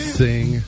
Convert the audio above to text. sing